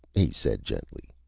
he said gently.